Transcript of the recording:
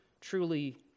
truly